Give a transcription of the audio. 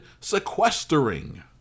sequestering